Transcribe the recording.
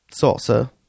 salsa